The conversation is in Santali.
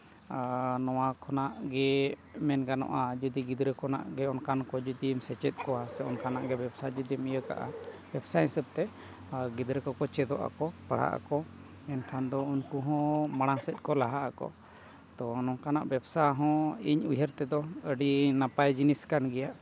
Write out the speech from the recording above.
ᱱᱚᱣᱟ ᱠᱷᱚᱱᱟᱜ ᱜᱮ ᱢᱮᱱ ᱜᱟᱱᱚᱜᱼᱟ ᱡᱩᱫᱤ ᱜᱤᱫᱽᱨᱟᱹ ᱠᱷᱚᱱᱟᱜ ᱜᱮ ᱡᱩᱫᱤ ᱚᱱᱠᱟᱱ ᱠᱚᱢ ᱥᱮᱪᱮᱫ ᱠᱚᱣᱟ ᱥᱮ ᱚᱱᱠᱟᱱᱟᱜ ᱜᱮ ᱵᱮᱵᱽᱥᱟ ᱡᱩᱫᱤᱢ ᱤᱭᱟᱹ ᱠᱟᱜᱼᱟ ᱵᱮᱵᱽᱥᱟ ᱦᱤᱥᱟᱹᱵ ᱛᱮ ᱜᱤᱫᱽᱨᱟᱹ ᱠᱚᱠᱚ ᱪᱮᱫᱚᱜ ᱟᱠᱚ ᱯᱟᱲᱦᱟᱜ ᱟᱠᱚ ᱮᱱᱠᱷᱟᱱ ᱫᱚ ᱩᱱᱠᱩ ᱦᱚᱸ ᱢᱟᱲᱟᱝ ᱥᱮᱫ ᱠᱚ ᱞᱟᱦᱟᱜ ᱟᱠᱚ ᱛᱳ ᱱᱚᱝᱠᱟᱱᱟᱜ ᱵᱮᱵᱽᱥᱟ ᱦᱚᱸ ᱤᱧ ᱩᱭᱦᱟᱹᱨ ᱛᱮᱫᱚ ᱟᱹᱰᱤ ᱱᱟᱯᱟᱭ ᱡᱤᱱᱤᱥ ᱠᱟᱱ ᱜᱮᱭᱟ